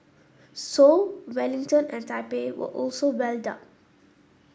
Seoul Wellington and Taipei were also well up